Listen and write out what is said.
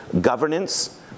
governance